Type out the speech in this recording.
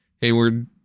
Hayward